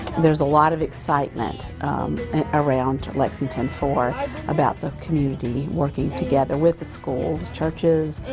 there's a lot of excitement and around lexington four about that community working together with the schools, churches,